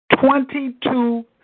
Twenty-two